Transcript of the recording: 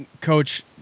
Coach